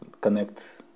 connect